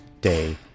day